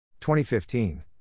2015